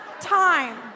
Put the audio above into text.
time